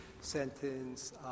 sentence